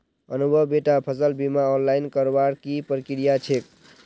अनुभव बेटा फसल बीमा ऑनलाइन करवार की प्रक्रिया छेक